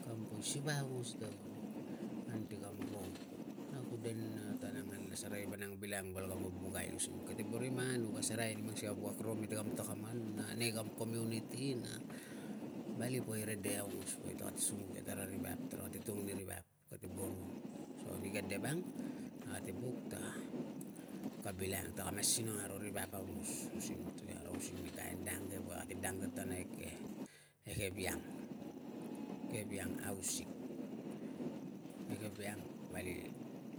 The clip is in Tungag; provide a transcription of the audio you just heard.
Kam poi siva aungos i te ol anti kam ro na ku de nina tan ang kanla serei vanang bilang val kam vubukai using kate boro i manganu ka asereai ni mang sikai a wuak ro mete kam takaman, a nei kam community na vali poi rede aungos woe takate sunguk ia. Tara ri vap tara kate tung ni ri vap, kate boro so nike de vang ate buk ta ka bilang. Taka mas sinong aro, ri vap aungos using ti kara using ni kain dang ke we ate dang tatana eke e keviang, keviang hausik e keviang vali